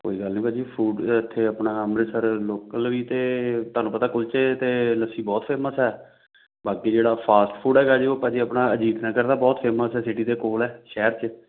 ਕੋਈ ਗੱਲ ਨਹੀਂ ਭਾਅ ਜੀ ਫੂਡ ਇੱਥੇ ਆਪਣਾ ਅੰਮ੍ਰਿਤਸਰ ਲੋਕਲ ਵੀ ਅਤੇ ਤੁਹਾਨੂੰ ਪਤਾ ਕੁਲਚੇ ਅਤੇ ਲੱਸੀ ਬਹੁਤ ਫੇਮਸ ਹੈ ਬਾਕੀ ਜਿਹੜਾ ਫਾਸਟ ਫੂਡ ਹੈਗਾ ਜੀ ਉਹ ਭਾਅ ਜੀ ਆਪਣਾ ਅਜੀਤ ਨਗਰ ਦਾ ਬਹੁਤ ਫੇਮਸ ਹੈ ਸਿਟੀ ਦੇ ਕੋਲ ਹੈ ਸ਼ਹਿਰ 'ਚ